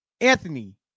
Anthony